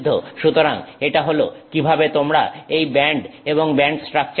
সুতরাং এটা হল কিভাবে তোমরা এই ব্যান্ড এবং ব্যান্ড স্ট্রাকচার পাবে